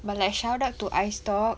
but like shout out to Ice Talk